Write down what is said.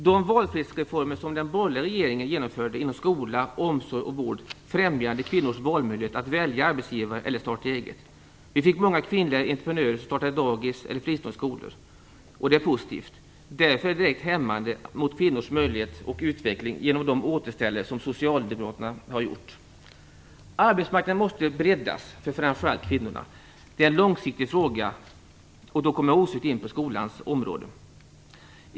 De valfrihetsreformer som den borgerliga regeringen genomförde inom skola, omsorg och vård främjade kvinnors valmöjlighet att välja arbetsgivare eller starta eget. Vi fick många kvinnliga entreprenörer som startade dagis eller fristående skolor. Det är positivt. Därför är de återställare som socialdemokraterna har gjort direkt hämmande på kvinnors möjligheter och utveckling. Arbetsmarknaden måste breddas framför allt för kvinnorna. Det är en långsiktig fråga. Då kommer jag osökt in på skolans område.